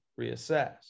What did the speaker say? reassess